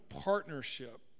partnership